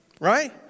right